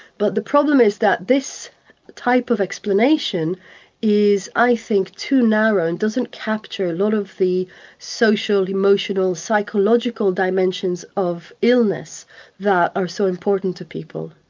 but the problem is that this type of explanation is i think, too narrow, doesn't capture a lot of the social, emotional, psychological dimensions of illness that are so important to people.